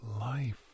life